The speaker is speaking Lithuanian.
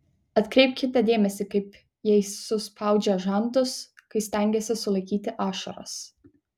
atkreipkite dėmesį kaip jei suspaudžia žandus kai stengiasi sulaikyti ašaras